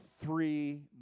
three